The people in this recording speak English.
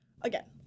again